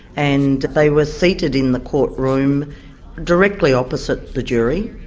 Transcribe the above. and they were seated in the courtroom directly opposite the jury,